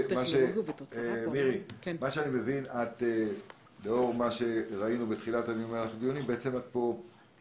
מירי, שלאור מה שראינו בתחילת הדיונים פה את